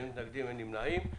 אין נמנעים,